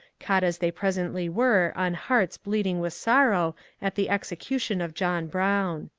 caught as they presently were on hearts bleeding with sorrow at the execution of john brown.